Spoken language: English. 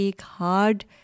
hard